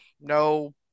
No